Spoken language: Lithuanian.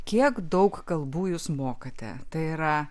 kiek daug kalbų jūs mokate tai yra